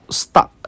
stuck